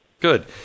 good